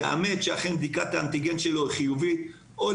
יאמת שאכן בדיקת האנטיגן שלו היא חיובית או,